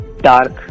dark